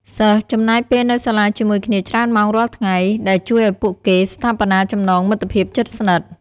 សិស្សចំណាយពេលនៅសាលាជាមួយគ្នាច្រើនម៉ោងរាល់ថ្ងៃ ដែលជួយឲ្យពួកគេស្ថាបនាចំណងមិត្តភាពជិតស្និទ្ធ។